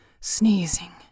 sneezing